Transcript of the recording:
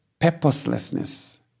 Purposelessness